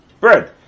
bread